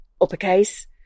uppercase